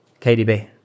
KDB